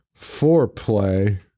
foreplay